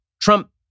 Trump